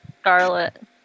Scarlet